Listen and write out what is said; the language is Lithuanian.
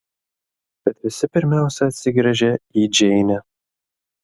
bet visi pirmiausia atsigręžia į džeinę